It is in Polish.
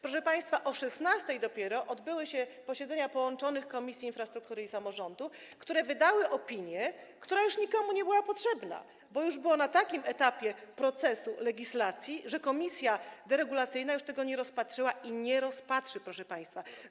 Proszę państwa, dopiero o godz. 16 odbyły się posiedzenia połączonych komisji: infrastruktury i samorządu, które wydały opinię, która już nikomu nie była potrzebna, bo to już było na takim etapie procesu legislacyjnego, że komisja deregulacyjna już tego nie rozpatrzyła i nie rozpatrzy, proszę państwa.